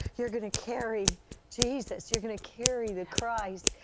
you're going to carry jesus. you're going to carry the christ.